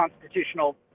constitutional